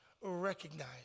recognize